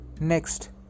Next